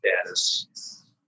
status